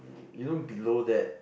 you know below that